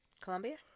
Colombia